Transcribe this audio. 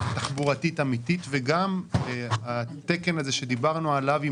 תחבורתית אמיתית וגם על התקן הזה שדיברנו עליו,